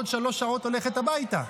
בעוד שלוש שעות הולכת הביתה.